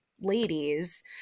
ladies